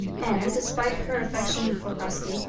anne, despite her affection for rusty,